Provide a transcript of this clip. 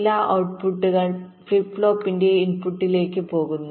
ചില ഔട്ട്പുട്ടുകൾ ഫ്ലിപ്പ് ഫ്ലോപ്പിന്റെ ഇൻപുട്ടിലേക്ക് പോകുന്നു